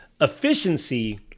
Efficiency